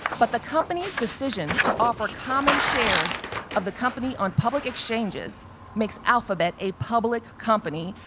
but the company's decision to offer common shares of the company on public exchanges makes alphabet a public company,